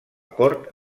cort